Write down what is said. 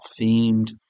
themed